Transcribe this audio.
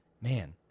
man